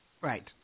Right